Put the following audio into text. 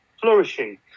flourishing